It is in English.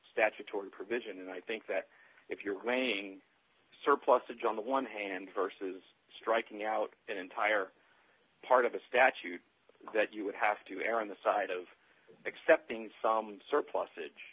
statutory provision and i think that if you're going surplusage on the one hand versus striking out an entire part of a statute that you would have to err on the side of accepting some surplus